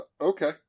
Okay